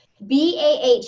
BAH